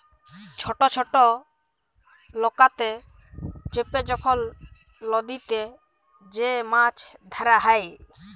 ছট ছট লকাতে চেপে যখল লদীতে যে মাছ ধ্যরা হ্যয়